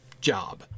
job